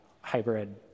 hybrid